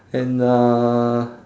and uh